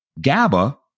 GABA